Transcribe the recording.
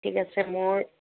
ঠিক আছে মোৰ